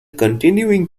continuing